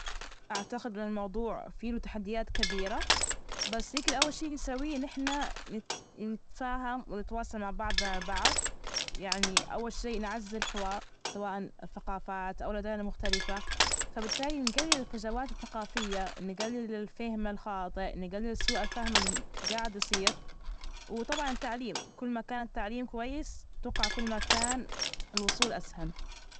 اعتقد ان الموضوع فيه تحديات كبيره بس يمكن اول شي نسويه إن نحن نتفاهم ونتواصل مع بعضنا البعض يعني اول شي نعزز الحوار سواء الثقافات او الأديان المختلفه فبالتالى نجلل الفجوات الثقافية، نجلل الفهم الخاطئ، نجلل سوء الفهم ال جاعد يصير وطبعا التعليم، كل ماكان التعليم كويس اتوقع كل ماكان الوصول اسهل.